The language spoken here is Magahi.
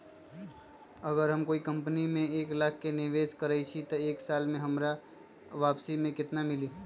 अगर हम कोई कंपनी में एक लाख के निवेस करईछी त एक साल बाद हमरा वापसी में केतना मिली?